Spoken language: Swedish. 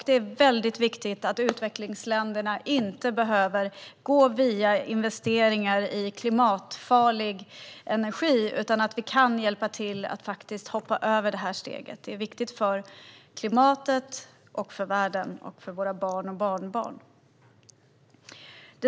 Det är viktigt att utvecklingsländerna inte behöver gå via investeringar i klimatfarlig energi utan att vi kan hjälpa dem att hoppa över det steget. Det är viktigt för klimatet, för världen och för våra barn och barnbarn.